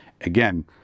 Again